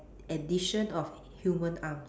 addition of human arm